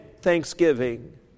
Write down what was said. thanksgiving